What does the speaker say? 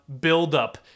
buildup